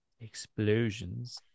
explosions